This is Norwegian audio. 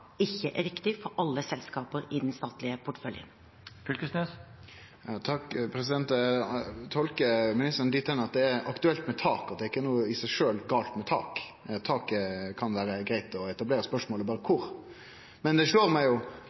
er riktig for alle selskaper i den statlige porteføljen. Eg tolkar ministeren slik at det er aktuelt med tak, og at det er ikkje i seg sjølv noko gale med tak, taket kan vere greit å etablere, men spørsmålet er berre: Kor? Men det slår meg